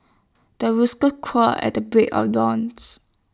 the rooster crows at the break of dawns